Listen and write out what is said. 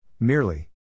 Merely